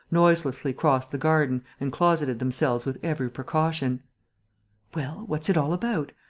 noiselessly crossed the garden and closeted themselves with every precaution well, what's it all about?